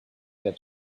their